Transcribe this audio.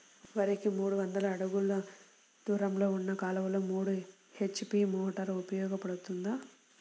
వరికి మూడు వందల అడుగులు దూరంలో ఉన్న కాలువలో మూడు హెచ్.పీ మోటార్ ఉపయోగపడుతుందా?